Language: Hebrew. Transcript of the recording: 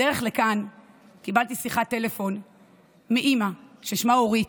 בדרך לכאן קיבלתי שיחת טלפון מאימא ששמה אורית,